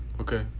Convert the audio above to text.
Okay